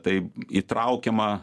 tai įtraukiama